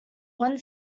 one